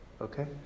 Okay